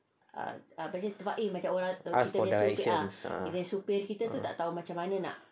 ask for directions